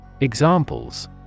Examples